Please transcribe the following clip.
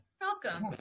welcome